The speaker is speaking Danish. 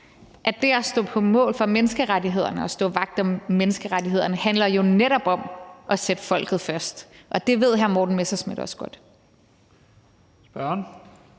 at det at stå på mål for menneskerettighederne og stå vagt om menneskerettighederne, jo netop handler om at sætte folket først, og det ved hr. Morten Messerschmidt også godt. Kl.